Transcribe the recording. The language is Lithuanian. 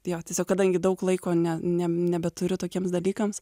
jo tiesiog kadangi daug laiko ne ne nebeturiu tokiems dalykams